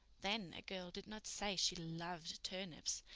then a girl did not say she loved turnips,